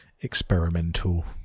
experimental